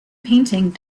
painting